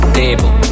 table